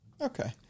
Okay